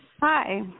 Hi